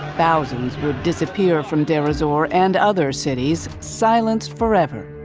thousands would disappear from deir ez-zor, and other cities, silenced forever.